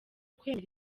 kwemera